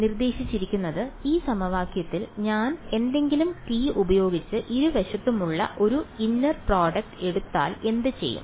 നിർദ്ദേശിച്ചിരിക്കുന്നത് ഈ സമവാക്യത്തിൽ ഞാൻ ഏതെങ്കിലും t ഉപയോഗിച്ച് ഇരുവശത്തുമുള്ള ഒരു ഇന്നർ പ്രോഡക്ട് എടുത്താൽ എന്ത് ചെയ്യും